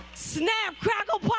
snap, crackle,